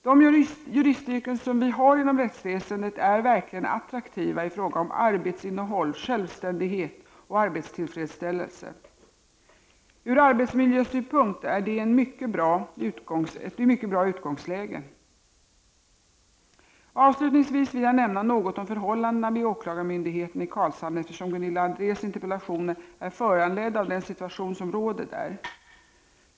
De juristyrken som vi har inom rättsväsendet är verkligen attraktiva i fråga om arbetsinnehåll, självständighet och arbetstillfredsställelse. Ur arbetsmiljösynpunkt är det ett mycket bra utgångsläge. Avslutningsvis vill jag nämna något om förhållandena vid åklagarmyndigheten i Karlshamn eftersom Gunilla Andrés interpellation är föranledd av den situation som råder där.